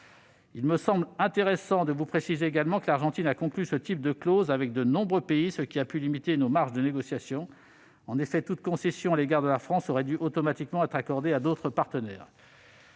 Il me semble intéressant de préciser également que l'Argentine a conclu ce type de clauses avec de nombreux pays, ce qui a pu limiter nos marges de négociation. En effet, toute concession à l'égard de la France aurait dû automatiquement être accordée à d'autres partenaires.